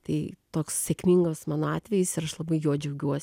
tai toks sėkmingas mano atvejis ir aš labai juo džiaugiuos